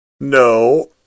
No